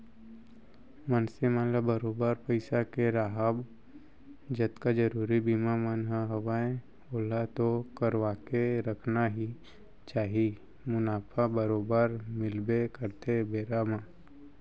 मनखे मन ल बरोबर पइसा के राहब जतका जरुरी बीमा मन ह हवय ओला तो करवाके रखना ही चाही मुनाफा बरोबर मिलबे करथे बेरा म